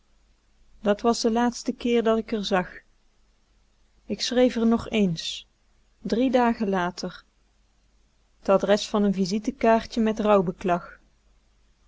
dat was de laatste keer dat ik r zag ik schreef r nog ééns drie dagen later t adres van n visitekaartje met